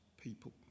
people